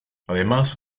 además